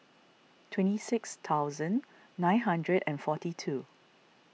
twenty six thousand nine hundred and forty two